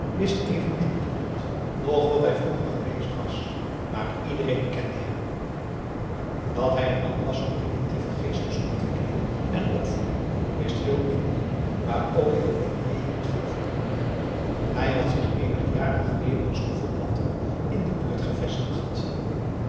wist evenmin iemand noch wat hij vroeger geweest was maar iedereen kende hem dat hij een man was van primitieve geestesontwikkeling en opvoeding wist heel indië maar ook heel indië hield veel van jorg hij had zich eenige jaren geleden als koffieplanter in de buurt gevestigd